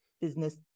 business